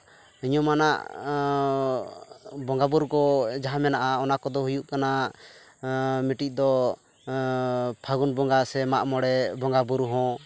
ᱧᱩᱢᱟᱱᱟᱜ ᱵᱚᱸᱜᱟ ᱵᱳᱨᱳ ᱠᱚ ᱡᱟᱦᱟᱸ ᱢᱮᱱᱟᱜᱼᱟ ᱚᱱᱟ ᱠᱚᱫᱚ ᱦᱩᱭᱩᱜ ᱠᱟᱱᱟ ᱢᱤᱴᱤᱡ ᱫᱚ ᱯᱷᱟᱹᱜᱩᱱ ᱵᱚᱸᱜᱟ ᱥᱮ ᱢᱟᱜ ᱢᱚᱬᱮ ᱵᱚᱸᱜᱟ ᱵᱳᱨᱳ ᱦᱚᱸ